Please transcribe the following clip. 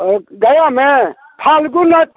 अ गयामे फल्गू ने